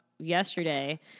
Yesterday